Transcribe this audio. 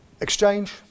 exchange